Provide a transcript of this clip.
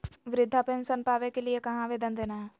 वृद्धा पेंसन पावे के लिए कहा आवेदन देना है?